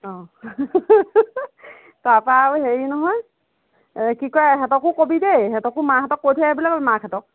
অঁ তাপা আৰু হেৰি নহয় কি কয় ইহঁতকো ক'বি দেই সিহঁতকো মাহঁতক কৈ থৈ আহিবলৈ ক'বি মাকহঁতক